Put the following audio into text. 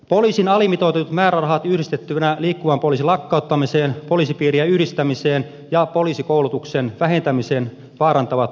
poliisin alimitoitetut määrärahat yhdistettyinä liikkuvan poliisin lakkauttamiseen poliisipiirien yhdistämiseen ja poliisikoulutuksen vähentämiseen vaarantavat turvallisuutta